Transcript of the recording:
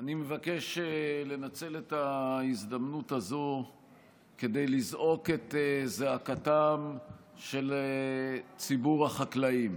אני מבקש לנצל את ההזדמנות הזו כדי לזעוק את זעקתו של ציבור החקלאים.